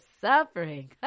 suffering